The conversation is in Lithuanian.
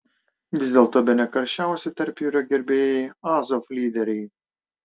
vis dėlto bene karščiausi tarpjūrio gerbėjai azov lyderiai